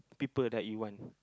people that you want